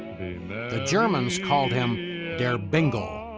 the germans called him der bingle.